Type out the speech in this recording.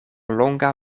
longa